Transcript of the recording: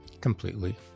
Completely